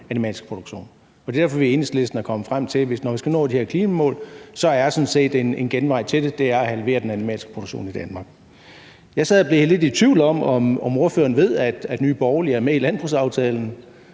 animalske produktion. Det er derfor, at vi i Enhedslisten er kommet frem til, at når vi skal nå de her klimamål, så er en genvej til det at halvere den animalske produktion i Danmark. Jeg sad og blev lidt i tvivl om, om ordføreren ved, at Nye Borgerlige er med i landbrugsaftalen,